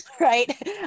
Right